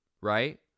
right